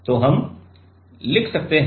तो हम लिख सकते हैं